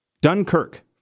Dunkirk